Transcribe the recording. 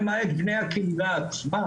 למעט בני הקהילה עצמה,